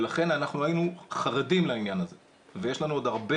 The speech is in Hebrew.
לכן היינו חרדים לעניין הזה ויש לנו עוד הרבה